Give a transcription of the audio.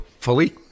fully